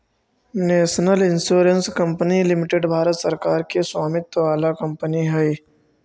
national Insurance Company Limited Bharat सरकार के स्वामित्व वाला कंपनी हई